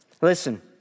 Listen